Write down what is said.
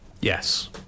Yes